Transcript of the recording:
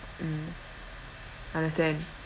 mm understand